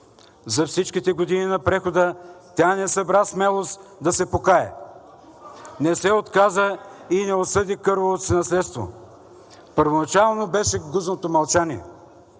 За всичките години на прехода тя не събра смелост да се покае! Не се отказа и не осъди кървавото си наследство! Първоначално беше гузното мълчание.